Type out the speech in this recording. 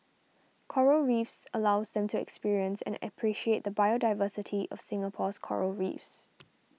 coral Reefs allows them to experience and appreciate the biodiversity of Singapore's Coral Reefs